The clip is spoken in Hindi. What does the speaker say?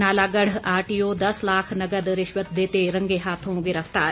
नालागढ़ आरटीओ दस लाख नकद रिश्वत देते रंगे हाथों गिरफ्तार